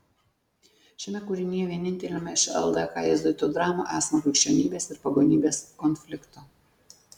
šiame kūrinyje vieninteliame iš ldk jėzuitų dramų esama krikščionybės ir pagonybės konflikto